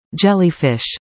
Jellyfish